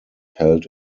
held